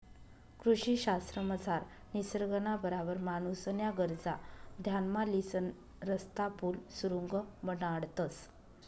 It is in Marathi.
कृषी शास्त्रमझार निसर्गना बराबर माणूसन्या गरजा ध्यानमा लिसन रस्ता, पुल, सुरुंग बनाडतंस